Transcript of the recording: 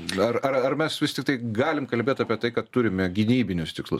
ar ar ar mes vis tik tai galim kalbėt apie tai kad turime gynybinius tikslus